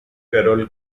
carroll